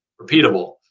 repeatable